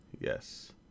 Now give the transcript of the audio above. Yes